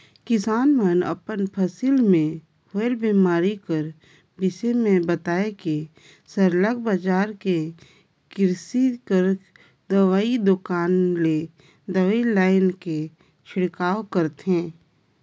किसान मन अपन फसिल में होवल बेमारी कर बिसे में बताए के सरलग बजार ले किरसी कर दवई दोकान ले दवई लाएन के छिड़काव करथे